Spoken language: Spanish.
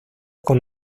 con